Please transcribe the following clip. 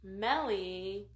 Melly